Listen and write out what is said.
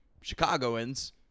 Chicagoans